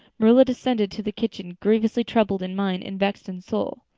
marilla descended to the kitchen, grievously troubled in mind and vexed in soul.